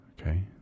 Okay